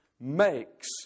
makes